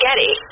Getty